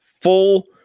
full